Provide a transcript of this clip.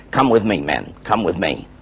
come with me, men. come with me.